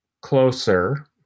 closer